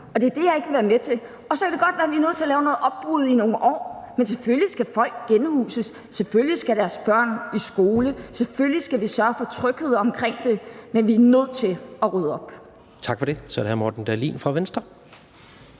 og det er det, jeg ikke vil være med til. Så kan det godt være, vi er nødt til at lave nogle opbrud i nogle år; men selvfølgelig skal folk genhuses, selvfølgelig skal deres børn i skole, selvfølgelig skal vi sørge for tryghed omkring det, men vi er nødt til at rydde op.